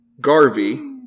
Garvey